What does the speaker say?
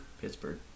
Pittsburgh